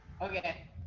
Okay